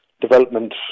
development